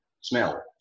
smell